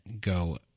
go